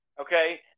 Okay